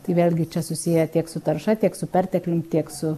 tai vėlgi čia susiję tiek su tarša tiek su perteklium tiek su